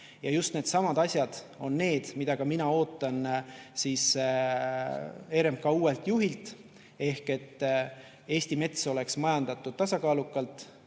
Ja just needsamad asjad on need, mida ka mina ootan RMK uuelt juhilt, ehk et Eesti mets oleks majandatud tasakaalukalt,